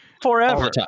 Forever